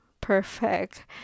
perfect